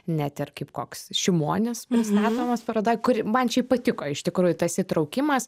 net ir kaip koks šimonis pristatomas parodoj kuri man šiaip patiko iš tikrųjų tas įtraukimas